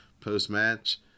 Post-match